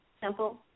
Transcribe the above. simple